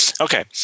Okay